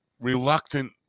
reluctant